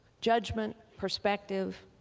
judgment, perspective,